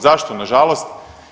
Zašto nažalost?